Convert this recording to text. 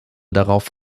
darauf